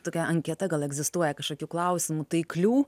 tokia anketa gal egzistuoja kažkokių klausimų taiklių